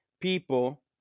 people